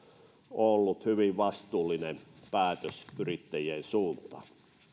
ollut hyvin vastuullinen päätös yrittäjien suuntaan